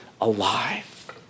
alive